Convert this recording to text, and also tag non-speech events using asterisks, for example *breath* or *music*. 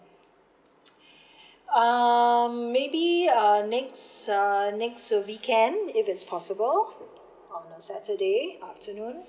*breath* um maybe uh next uh next weekend if it's possible on the saturday afternoon